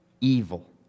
evil